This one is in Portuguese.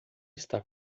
está